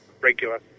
regular